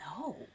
No